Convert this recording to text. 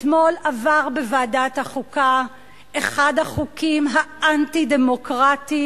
אתמול עבר בוועדת החוקה אחד החוקים האנטי-דמוקרטיים,